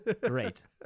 Great